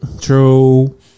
True